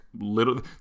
little